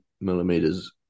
millimeters